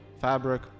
fabric